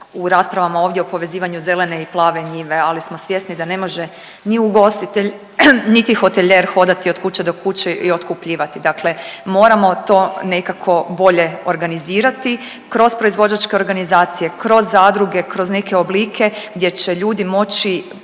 u raspravama ovdje o povezivanju zelene i plave njive, ali smo svjesni da ne može ni ugostitelj niti hotelijer hodati od kuće i kuće i otkupljivati. Dakle, moramo to nekako bolje organizirati kroz proizvođačke organizacije, kroz zadruge, kroz neke oblike gdje će ljudi moći